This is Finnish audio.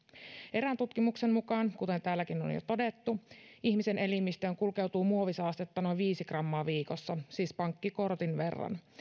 erään tutkimuksen mukaan kuten täälläkin on jo todettu ihmisen elimistöön kulkeutuu muovisaastetta noin viisi grammaa viikossa siis pankkikortin verran